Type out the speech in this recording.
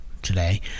today